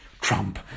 Trump